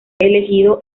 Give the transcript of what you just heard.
elegido